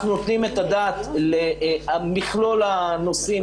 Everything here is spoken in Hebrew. אנחנו נותנים את הדעת למכלול הנושאים,